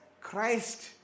Christ